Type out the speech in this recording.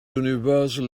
universal